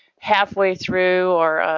halfway through or,